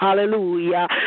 Hallelujah